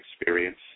experience